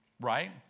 Right